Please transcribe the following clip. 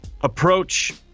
approach